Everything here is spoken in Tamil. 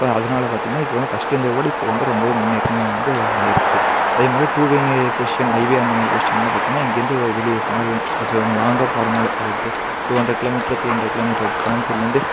இப்போ அதனால் பார்த்தீங்கன்னா இப்போ வந்து ஃபர்ஸ்ட்டு இருந்ததோட இப்போ வந்து ரொம்ப முன்னேற்றமாக வந்து ஆகியிருக்கு அதேமாதிரி டூ வே பொசிஷன் ஹைவே அந்தமாதிரி பொசிஷனில் பார்த்தீங்கன்னா இங்கேயிருந்து வெளியே ஃபாரின் கொஞ்சம் லாங்காக போறதுனால ஒரு two two hundred kilometre three hundred kilometre கோயமுத்தூர்லேருந்து